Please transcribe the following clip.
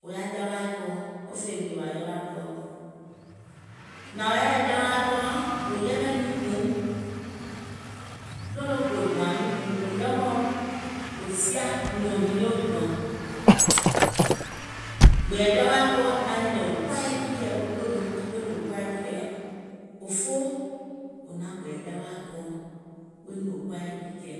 wo yaà jawaì kɔɔ, wo fè yèwà jawaì kɔɔ. Nààŋ wò yaà yɛɛ jawaì kɔɔ, wò yɛmɛ̀ nyuùŋ kpùuŋ. Ɗòlo gò dùàŋ nyuùnkpùuŋ, wò yɛmɛ̀ùm wò sià, mùŋ nɔ̀ŋ hinie wo dùàŋ. Gbɛ̀ɛ̀ jawaa kɔɔ naŋ nyɛ̀nɛ̀ŋ wò kuwa yɛi jiikɛ̀ɛ, wo ɗòlo, weè niŋ wò kuwa yɛi jiikɛ̀ɛ, òfoo wò naŋ gbɛ̀ɛ̀ jawaà kɔɔ, weè niŋ wò kuwa yɛi jiikɛ̀ɛ.